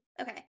Okay